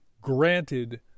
granted